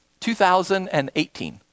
2018